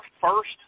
first